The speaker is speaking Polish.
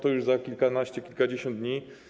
To już za kilkanaście, kilkadziesiąt dni.